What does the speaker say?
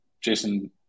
Jason